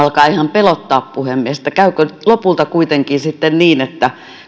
pelottaa puhemies käykö lopulta sitten kuitenkin niin että